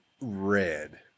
red